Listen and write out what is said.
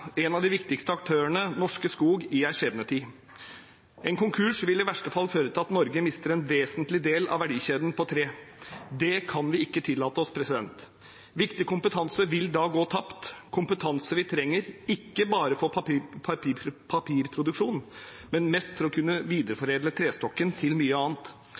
en av de viktigste aktørene i næringen, Norske Skog, i en skjebnetid. En konkurs vil i verste fall føre til at Norge mister en vesentlig del av verdikjeden innen tre. Det kan vi ikke tillate oss. Viktig kompetanse vil da gå tapt – kompetanse vi trenger, ikke bare for papirproduksjon, men mest for å kunne videreforedle trestokken til mye annet.